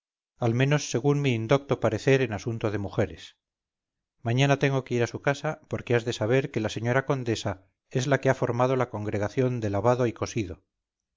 al menos según mi indocto parecer en asunto de mujeres mañana tengo que ir a su casa porque has de saber que la señora condesa es la que ha formado la congregación de lavado y cosido